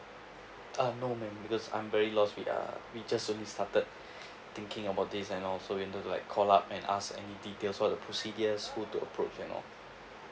uh no ma'am because I'm very lost with uh we just only started thinking about this and all so wanted to like call up and ask any details for the procedures who to approach and all